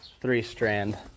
three-strand